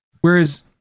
whereas